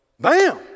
bam